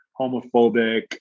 homophobic